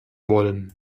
wollen